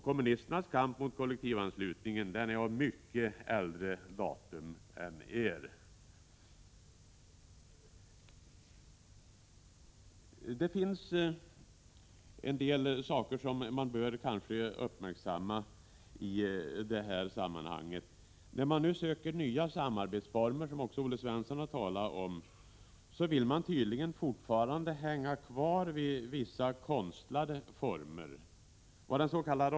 Kommunisternas kamp mot kollektivanslutningen är av mycket äldre datum än er. Det finns en del saker som kanske bör uppmärksammas i detta sammanhang. När socialdemokraterna nu söker nya samarbetsformer, som Olle Svensson talat om, vill de tydligen fortfarande hänga kvar vid konstlade former. Vad dens.k.